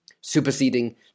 superseding